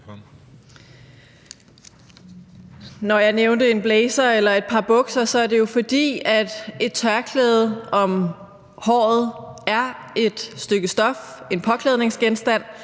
Når jeg nævnte en blazer eller et par bukser, er det jo, fordi et tørklæde om håret er et stykke stof, en påklædningsgenstand,